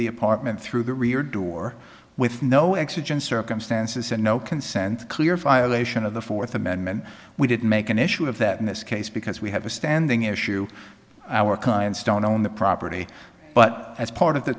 the apartment through the rear door with no exigent circumstances and no consent clear violation of the fourth amendment we didn't make an issue of that in this case because we have a standing issue our clients don't own the property but as part of the